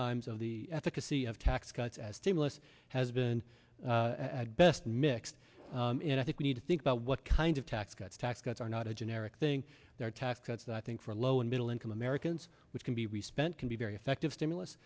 times of the advocacy of tax cuts as stimulus has been at best mixed and i think we need to think about what kind of tax cuts tax cuts are not a generic thing there are tax cuts that i think for low and middle income americans which can be we spent can be very effective stimulus